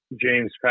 James